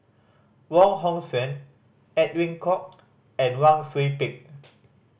Wong Hong Suen Edwin Koek and Wang Sui Pick